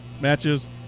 matches